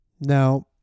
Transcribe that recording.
Now